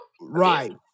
right